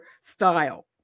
style